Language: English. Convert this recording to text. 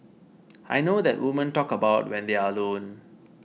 I know that women talk about when they're alone